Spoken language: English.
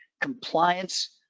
compliance